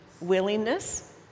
Willingness